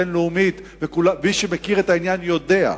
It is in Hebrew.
בין-לאומית, ומי שמכיר את העניין יודע.